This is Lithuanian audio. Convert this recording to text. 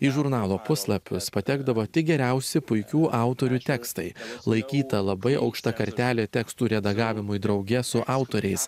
į žurnalo puslapius patekdavo tik geriausi puikių autorių tekstai laikyta labai aukšta kartelė tekstų redagavimui drauge su autoriais